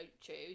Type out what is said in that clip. choose